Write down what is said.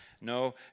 no